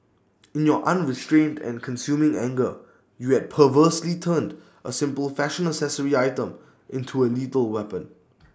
in your unrestrained and consuming anger you had perversely turned A simple fashion accessory item into A lethal weapon